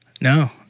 No